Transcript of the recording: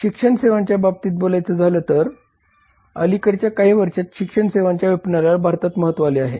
शिक्षण सेवांच्या बाबतीत बोलायचं झालं तर अलीकडच्या काही वर्षांत शिक्षण सेवांच्या विपणनाला भारतात महत्त्व आले आहे